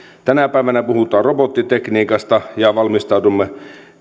tänä päivänä puhutaan robottitekniikasta ja valmistaudumme